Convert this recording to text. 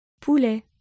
Poulet